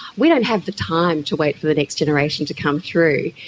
we don't have the time to wait for the next generation to come through.